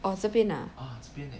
orh 这边 ah